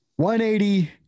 180